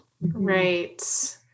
Right